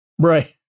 right